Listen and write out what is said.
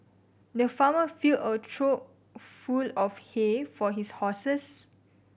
the farmer filled a trough full of hay for his horses